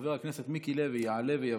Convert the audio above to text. חבר הכנסת מיקי לוי, יעלה ויבוא.